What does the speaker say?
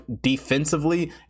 defensively